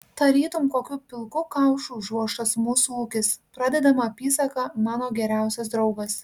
tarytum kokiu pilku kaušu užvožtas mūsų ūkis pradedama apysaka mano geriausias draugas